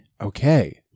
okay